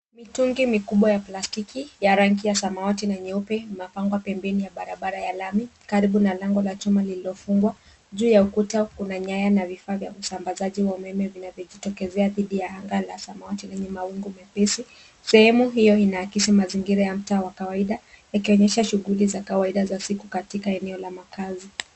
Mitungi mikubwa ya plastiki ya rangi ya samawati na nyeupe imepangwa pembeni ya barabara ya lami, karibu na lango la chuma lililofungwa juu ya ukuta, kuna nyaya na vifaa vya usambazaji wa umeme vinavyojitokezea dhidi ya anga la samawati lenye mawingu mepesi. Sehemu hio inaakisi mtaa wa kawaida yakionyesha shughuli za kawaida za siku katika eneo la makaazi.